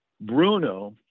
Bruno